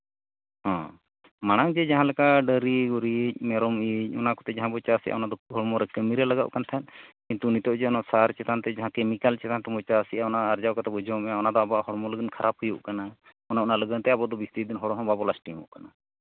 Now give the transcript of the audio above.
ᱦᱮᱸ ᱢᱟᱲᱟᱝ ᱡᱮ ᱡᱟᱦᱟᱸ ᱞᱮᱠᱟ ᱫᱟᱨᱮ ᱜᱩᱨᱤᱡ ᱢᱮᱨᱚᱢ ᱤᱡ ᱚᱱᱟ ᱠᱚᱛᱮ ᱡᱟᱦᱟᱸ ᱵᱚᱱ ᱪᱟᱥᱮᱫᱼᱟ ᱚᱱᱟᱫᱚ ᱦᱚᱲᱢᱚ ᱨᱮ ᱠᱟᱹᱢᱤᱨᱮ ᱞᱟᱜᱟᱜ ᱠᱟᱱ ᱛᱟᱦᱮᱸᱫ ᱠᱤᱱᱛᱩ ᱱᱤᱛᱚᱜ ᱡᱮ ᱥᱟᱨ ᱪᱮᱛᱟᱱ ᱛᱮ ᱚᱱᱟ ᱠᱮᱹᱢᱤᱠᱮᱞ ᱪᱮᱛᱟᱱ ᱛᱮ ᱵᱚᱱ ᱪᱟᱥᱮᱫᱼᱟ ᱚᱱᱟ ᱟᱨᱡᱟᱣ ᱠᱟᱛᱮᱫ ᱵᱚᱱ ᱡᱚᱢᱮᱫᱼᱟ ᱚᱱᱟᱫᱚ ᱟᱵᱚᱣᱟᱜ ᱦᱚᱲᱢᱚ ᱞᱟᱹᱜᱤᱫ ᱠᱷᱟᱨᱟᱯ ᱦᱩᱭᱩᱜ ᱠᱟᱱᱟ ᱚᱱᱮ ᱚᱱᱟ ᱞᱟᱹᱜᱤᱫ ᱦᱚᱸ ᱟᱵᱚ ᱦᱚᱲ ᱫᱚ ᱵᱮᱥᱤ ᱵᱟᱵᱚᱱ ᱞᱟᱥᱴᱤᱝᱼᱚᱜ ᱠᱟᱱᱟ